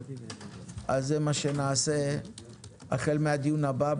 זה מה שנעשה החל מהדיון הבא.